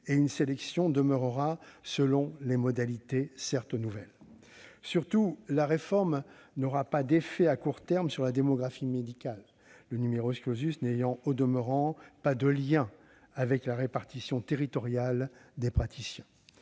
et une sélection demeurera, selon des modalités certes nouvelles. Surtout, la réforme n'aura pas d'effet à court terme sur la démographie médicale, le n'ayant au demeurant pas de lien avec la répartition territoriale des praticiens.